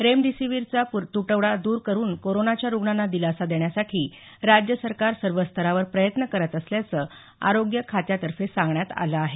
रेमडीसीविरचा तुटवडा दर करून कोरोनाच्या रुग्णांना दिलासा देण्यासाठी राज्य सरकार सर्व स्तरावर प्रयत्न करत असल्याचं आरोग्य खात्यातर्फे सांगण्यात आलं आहे